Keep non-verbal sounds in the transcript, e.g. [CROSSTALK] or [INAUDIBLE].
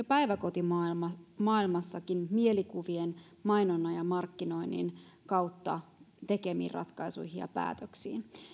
[UNINTELLIGIBLE] päiväkotimaailmassakin mielikuvien mainonnan ja markkinoinnin kautta tekemään ratkaisuja ja päätöksiä